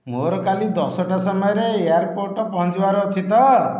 ମୋର କାଲି ଦଶଟା ସମୟରେ ଏଆର୍ପୋର୍ଟ୍ ପହଞ୍ଚିବାର ଅଛି ତ